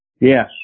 Yes